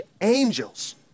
angels